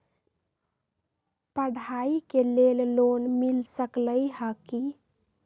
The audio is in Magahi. पढाई के लेल लोन मिल सकलई ह की?